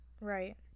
right